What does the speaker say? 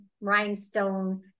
rhinestone